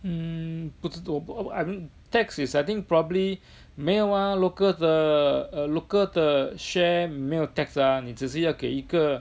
mm 不知道我不知道 I don't tax is I think probably 没有啊 local 的 err local 的 share 没有 tax 的啊你只是要给一个